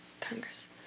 Congress